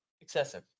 Excessive